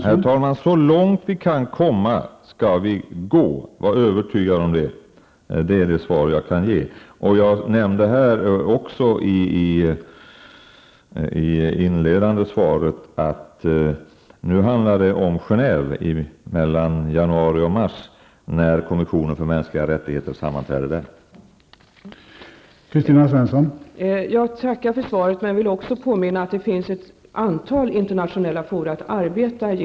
Herr talman! Så långt vi kan komma skall vi gå. Var övertygad om det. Det är det svar jag kan ge. I mitt inledande svar nämnde jag också att det nu handlar om Genève när kommissionen för mänskliga rättigheter sammanträder där under januari till mars.